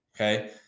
okay